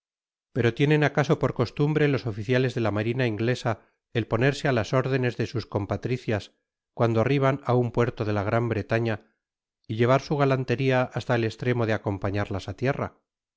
o tienen acaso por costumbre los oficiales de la marina inglesa el ponerse á las órdenes de sus compatricias cuando arriban á nn puerto de la gran bretaña y llevar su galanteria hasta el estremo de acompañarlas á tierra si